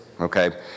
okay